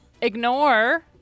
Ignore